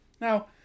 Now